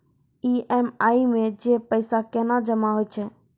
EMI मे जे पैसा केना जमा होय छै?